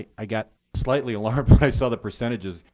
i got slightly alarmed when i saw the percentages,